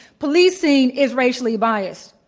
policing is racially biased.